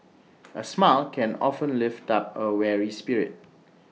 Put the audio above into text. A smile can often lift up A weary spirit